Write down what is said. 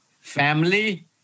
Family